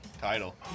title